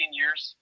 years